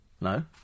No